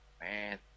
Man